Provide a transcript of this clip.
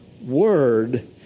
word